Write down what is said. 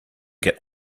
get